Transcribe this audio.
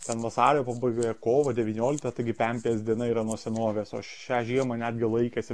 ten vasario pabaigoje kovo devynioliktą taigi pempės diena yra nuo senovės o šią žiemą netgi laikėsi